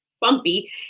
bumpy